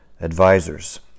advisors